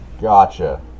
Gotcha